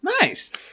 nice